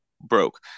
broke